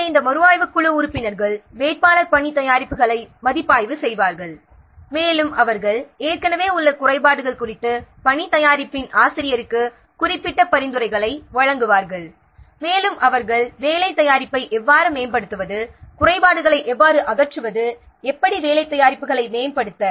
எனவே இந்த மறுஆய்வுக் குழு உறுப்பினர்கள் வேட்பாளர் பணி தயாரிப்புகளை மதிப்பாய்வு செய்வார்கள் மேலும் அவர்கள் ஏற்கனவே உள்ள குறைபாடுகள் குறித்து பணி தயாரிப்பின் ஆசிரியருக்கு குறிப்பிட்ட பரிந்துரைகளை வழங்குவார்கள் மேலும் அவர்கள் வேலை தயாரிப்பை எவ்வாறு மேம்படுத்துவது குறைபாடுகளை எவ்வாறு அகற்றுவது எப்படி வேலை தயாரிப்புகளை மேம்படுத்த